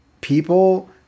People